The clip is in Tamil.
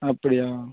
அப்படியா